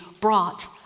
brought